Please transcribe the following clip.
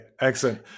excellent